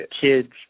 kids